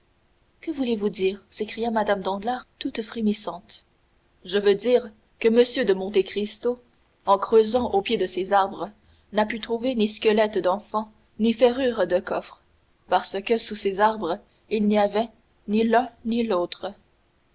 que voulez-vous dire s'écria mme danglars toute frémissante je veux dire que m monte cristo en creusant au pied de ces arbres n'a pu trouver ni squelette d'enfant ni ferrure de coffre parce que sous ces arbres il n'y avait ni l'un ni l'autre